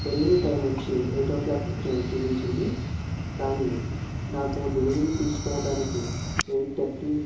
delivery time వచ్చి eight o'clock చూపించింది కానీ నాకు డెలివరీ తీసుకోవడానికి ఎయిట్ థర్టీ